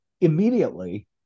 immediately